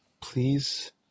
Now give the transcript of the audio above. Please